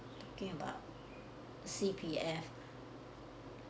talking about C_P_F